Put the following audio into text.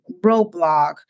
roadblock